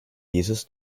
jesus